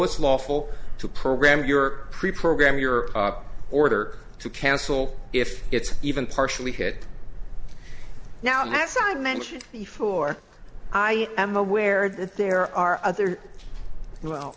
it's lawful to program your preprogram your order to cancel if it's even partially hit now and as i mentioned before i am aware that there are other well